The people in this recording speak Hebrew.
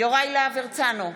יוראי להב הרצנו,